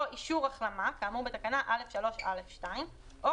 או אישור החלמה כאמור בתקנה (א)(3)(א)(2) או